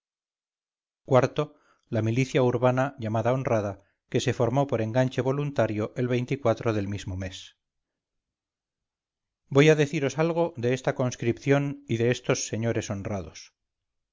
o la milicia urbana llamada honrada que se formó por enganche voluntario el del mismo mes voy a deciros algo de esta conscripción y de estos señores honrados